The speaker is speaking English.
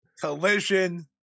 Collision